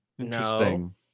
interesting